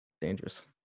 Dangerous